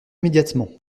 immédiatement